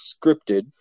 scripted